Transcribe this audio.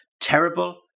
terrible